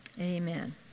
Amen